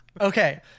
Okay